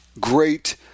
great